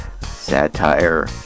satire